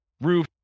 roof